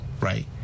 Right